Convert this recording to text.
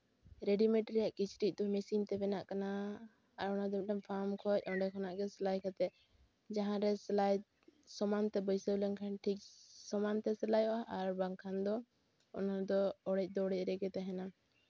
readymade ᱨᱮᱭᱟᱜ ᱠᱤᱪᱨᱤᱡ ᱫᱚ ᱢᱮᱥᱤᱱ ᱛᱮ ᱵᱮᱱᱟᱜ ᱠᱟᱱᱟ ᱟᱨ ᱚᱱᱟ ᱫᱚ ᱯᱷᱟᱨᱢ ᱠᱷᱚᱡ ᱚᱸᱰᱮ ᱠᱷᱚᱱᱟᱜ ᱜᱮ ᱥᱮᱞᱟᱭ ᱠᱟᱛᱮ ᱡᱟᱦᱟᱸ ᱨᱮ ᱥᱮᱞᱟᱭ ᱥᱚᱢᱟᱱ ᱛᱮ ᱵᱟᱹᱭᱥᱟᱹᱣ ᱞᱮᱱᱠᱷᱟᱱ ᱴᱷᱤᱠ ᱥᱚᱢᱟᱱ ᱛᱮ ᱥᱤᱞᱟᱭᱚᱜᱼᱟ ᱟᱨ ᱵᱟᱝᱠᱷᱟᱱ ᱫᱚ ᱚᱱᱟ ᱫᱚ ᱚᱲᱮᱡ ᱫᱚ ᱚᱲᱮᱡ ᱨᱮᱜᱮ ᱛᱟᱦᱮᱱᱟ